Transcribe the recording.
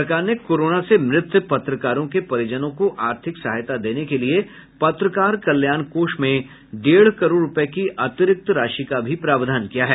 सरकार ने कोरोना से मृत पत्रकारों के परिजनों को आर्थिक सहायता देने के लिए पत्रकार कल्याण कोष में डेढ़ करोड़ रूपये की अतिरिक्त राशि का भी प्रावधन किया है